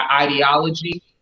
ideology